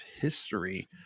history